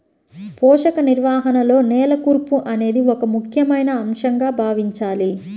పోషక నిర్వహణలో నేల కూర్పు అనేది ఒక ముఖ్యమైన అంశంగా భావించాలి